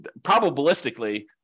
probabilistically